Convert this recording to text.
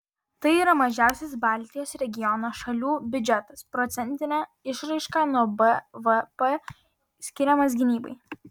tai yra mažiausias baltijos regiono šalių biudžetas procentine išraiška nuo bvp skiriamas gynybai